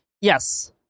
Yes